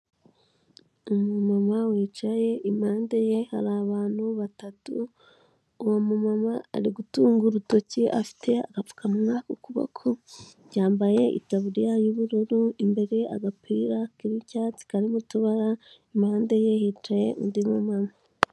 Umumama wicaye impande ye hari abantu batatu, uwo mumama ari gutunga urutoki, afite agapfukamwa ku kuboko, yambaye itaburiya y'ubururu imbere agapira k'icyatsi karimo utubara, impande ye hicaye undi mumama.